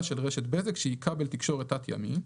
של רשת בזק שהיא כבל תקשורת תת ימי,